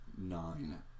nine